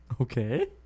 Okay